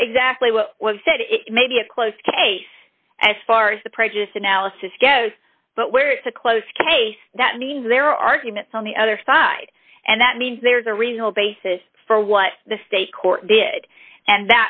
know exactly what was said it may be a closed case as far as the prejudiced analysis goes but where it's a closed case that means there are arguments on the other side and that means there's a reasonable basis for what the state court did and